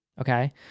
Okay